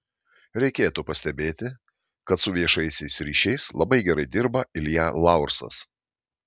reikėtų pastebėti kad su viešaisiais ryšiais labai gerai dirba ilja laursas